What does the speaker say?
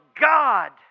God